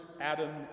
Adam